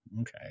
Okay